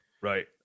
Right